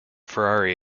ferrari